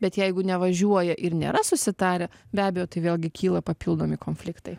bet jeigu nevažiuoja ir nėra susitarę be abejo tai vėlgi kyla papildomi konfliktai